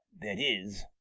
that is,